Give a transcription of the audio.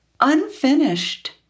unfinished